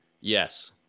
Yes